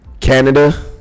Canada